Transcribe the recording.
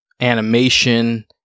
animation